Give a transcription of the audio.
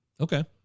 Okay